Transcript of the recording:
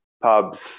pubs